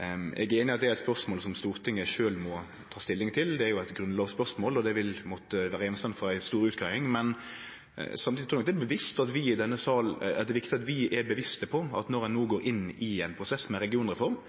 Eg er einig i at dette er eit spørsmål som Stortinget sjølv må ta stilling til. Det er jo eit grunnlovsspørsmål, og det vil måtte vere gjenstand for ei stor utgreiing, men samtidig trur eg nok det er viktig at vi i denne salen er bevisste på at når ein no går inn i ein prosess med regionreform,